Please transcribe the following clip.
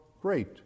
great